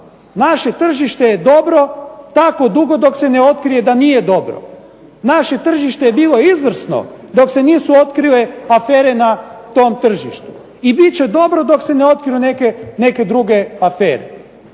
Naše tržište je dobro tako dugo dok se ne otkrije da nije dobro. Naše tržište je bilo izvrsno dok se nisu otkrile afere na tom tržištu i bit će dobro dok se ne otkriju neke druge afere.